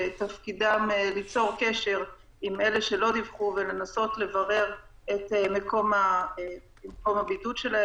שתפקידם ליצור קשר עם אלה שלא דיווחו ולנסות לברר את מקום הבידוד שלהם.